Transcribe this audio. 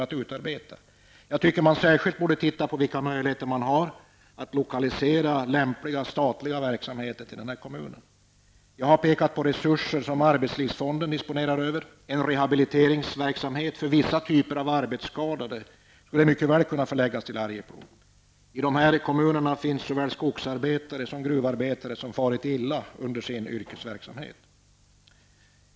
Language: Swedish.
Jag tycker att man särskilt bör titta på vilka möjligheter det finns att lokalisera lämpliga statliga verksamheter till denna kommun. Jag har pekat på de resurser som arbetslivsfonden disponerar över. En rehabiliteringsverksamhet för vissa typer av arbetsskadade skulle mycket väl kunna förläggas till Arjeplog. I dessa kommuner finns både skogs och gruvarbetare som har farit illa under sin yrkesverksamhet.